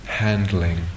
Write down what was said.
Handling